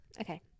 Okay